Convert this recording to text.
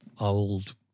old